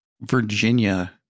Virginia